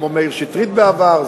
כמו מאיר שטרית בעבר,